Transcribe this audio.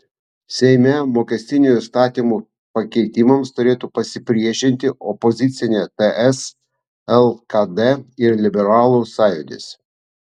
seime mokestinių įstatymų pakeitimams turėtų pasipriešinti opozicinė ts lkd ir liberalų sąjūdis